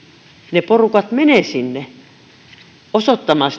ne porukat menevät osoittamaan